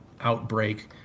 outbreak